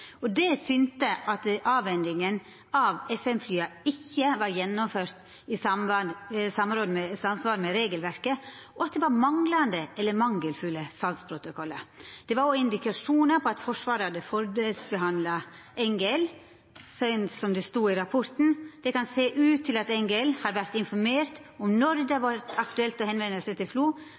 F-5-salet. Rapporten synte at avhendinga av F-5-flya ikkje var gjennomført i samsvar med regelverket, og at det var manglande eller mangelfulle salsprotokollar. Det var òg indikasjonar på at Forsvaret hadde fordelsbehandla NGL. Som det står i rapporten: «Det kan se ut til at NGL har vært informert om når det har vært aktuelt å henvende seg til FLO,